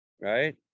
Right